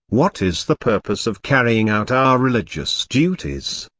what is the purpose of carrying out our religious duties?